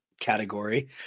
category